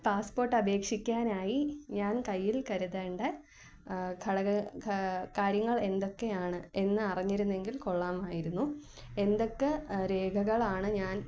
passport അപേക്ഷിക്കാനായി ഞാൻ കയ്യിൽ കരുതേണ്ട കാര്യങ്ങൾ എന്തൊക്കെയാണ് എന്ന് അറിഞ്ഞിരുന്നെങ്കിൽ കൊള്ളാമായിരുന്നു എന്തൊക്കെ രേഖകളാണ് ഞാൻ